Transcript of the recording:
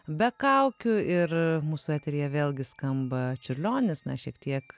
be kaukių ir mūsų eteryje vėlgi skamba čiurlionis na šiek tiek